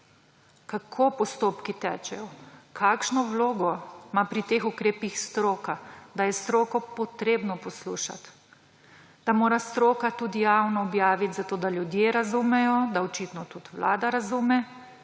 kako postopki tečejo, kakšno vlogo ima pri teh ukrepih stroka, da je stroko treba poslušati, da mora stroka tudi javno objaviti zato, da ljudje razumejo, da očitno tudi vlada razume,